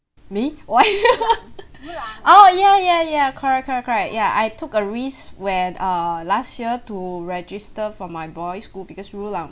me why oh ya ya ya correct correct correct ya I took a risk when err last year to register for my boy's school because